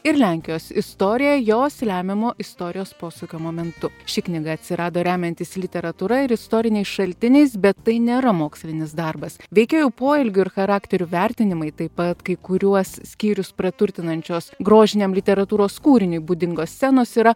ir lenkijos istoriją jos lemiamo istorijos posūkio momentu ši knyga atsirado remiantis literatūra ir istoriniais šaltiniais bet tai nėra mokslinis darbas veikėjų poelgių ir charakterių vertinimai taip pat kai kuriuos skyrius praturtinančios grožiniam literatūros kūriniui būdingos scenos yra